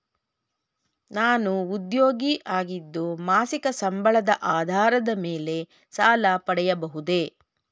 ನಾನು ಉದ್ಯೋಗಿ ಆಗಿದ್ದು ಮಾಸಿಕ ಸಂಬಳದ ಆಧಾರದ ಮೇಲೆ ಸಾಲ ಪಡೆಯಬಹುದೇ?